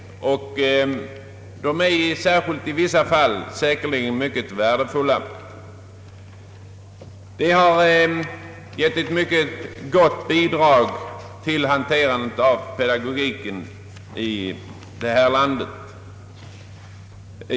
De är, särskilt i vissa fall, säkerligen mycket värdefulla, och de har givit ett mycket gott bidrag till hanterandet av pedagogiken här i landet.